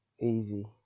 Easy